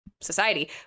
society